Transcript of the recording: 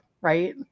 right